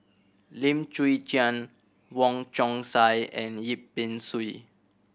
Lim Chwee Chian Wong Chong Sai and Yip Pin Xiu